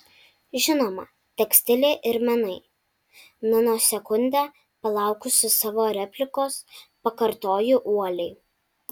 žinoma tekstilė ir menai nanosekundę palaukusi savo replikos pakartoju uoliai